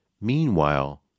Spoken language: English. Meanwhile